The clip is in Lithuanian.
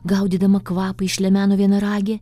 gaudydama kvapą išlemeno vienaragė